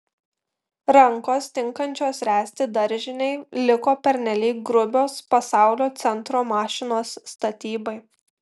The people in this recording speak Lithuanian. rankos tinkančios ręsti daržinei liko pernelyg grubios pasaulio centro mašinos statybai